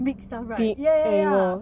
big stuff right ya ya ya